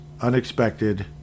unexpected